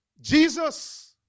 Jesus